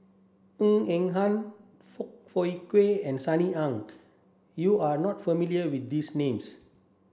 Ng Eng Hen Foong Fook Kay and Sunny Ang You are not familiar with these names